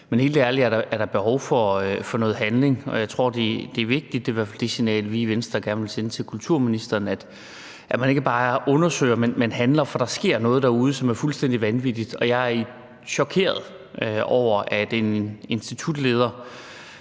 er helt ærligt behov for noget handling, og jeg tror, det er vigtigt – det er i hvert fald det signal, som vi i Venstre gerne vil sende til kulturministeren – at man ikke bare undersøger, men handler, for der sker noget derude, som er fuldstændig vanvittigt. Og jeg er chokeret over, at en institutleder